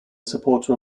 supporter